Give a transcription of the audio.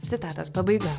citatos pabaiga